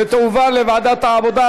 ותועבר לוועדת העבודה,